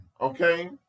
okay